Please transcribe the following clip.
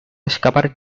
escapar